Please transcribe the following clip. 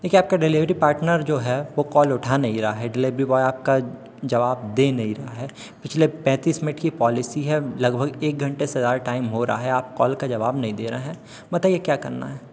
देखिए आपका delivery partner जो है वह कॉल उठा नहीं रहा है डिलिवरी ब्वॉय आपका जवाब दे नहीं रहा है पिछले पैँतीस मिनट की पॉलिसी है लगभग एक घन्टे से ज़्यादा टाइम हो रहा है आप कॉल का जवाब दे नहीं रहे हैं बताइए क्या करना है